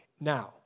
Now